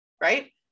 Right